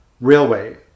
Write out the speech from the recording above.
Railway